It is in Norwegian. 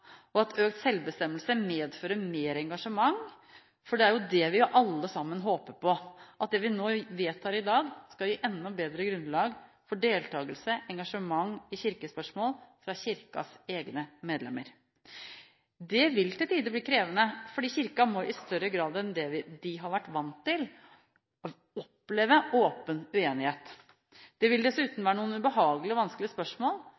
og at økt selvbestemmelse medfører mer engasjement. For det er jo det vi alle sammen håper på: at det vi nå vedtar i dag, skal gi enda bedre grunnlag for deltakelse og engasjement i kirkespørsmål fra Kirkens egne medlemmer. Det vil til tider bli krevende, fordi Kirken i større grad enn den har vært vant til, må oppleve åpen uenighet. Det vil dessuten være noen ubehagelige og vanskelige spørsmål